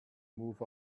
move